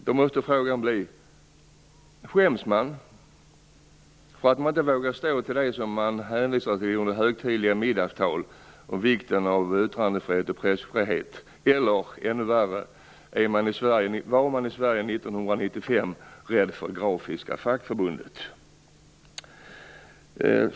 Då måste frågan bli: Skäms man för att man inte vågar stå för det som man hänvisar till under högtidliga middagstal om vikten av yttrandefrihet och pressfrihet? Eller var man i Sverige 1995 rädd för Grafiska Fackförbundet?